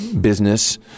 business